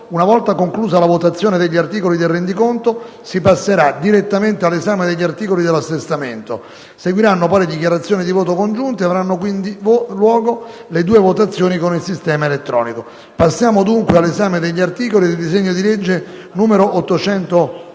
una volta conclusa la votazione degli articoli del rendiconto, si passerà direttamente all'esame degli articoli dell'assestamento. Seguiranno poi le dichiarazioni di voto congiunte e avranno quindi luogo le due votazioni con il sistema elettronico. Procediamo dunque all'esame degli articoli del disegno di legge n. 888.